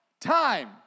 time